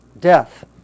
Death